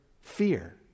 fear